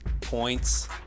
points